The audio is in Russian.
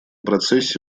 процессе